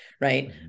Right